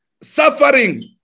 Suffering